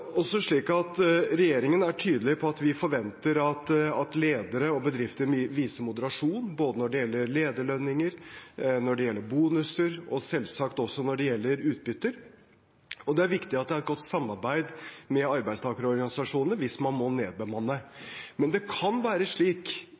tydelig på at vi forventer at ledere og bedrifter viser moderasjon både når det gjelder lederlønninger, når det gjelder bonuser, og selvsagt også når det gjelder utbytter, og det er viktig at det er et godt samarbeid med arbeidstakerorganisasjonene hvis man må nedbemanne.